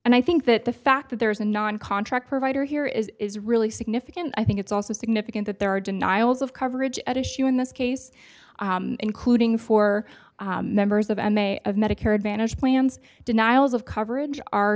and i think that the fact that there is a non contract provider here is really significant i think it's also significant that there are denials of coverage at issue in this case including for members of and they of medicare advantage plans denials of coverage are